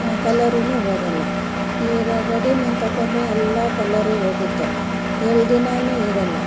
colour ಹೋಗಲ್ಲ ಈ readymade ತೊಗೊಂಡ್ರೆ ಎಲ್ಲ ಕಲ್ಲರು ಹೋಗುತ್ತೆ ಎರಡು ದಿನಾ ಇರಲ್ಲ